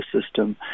system